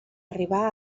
arribar